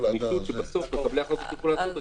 גמישות שבסוף מקבלי ההחלטות יוכלו לעשות זאת,